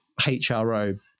hro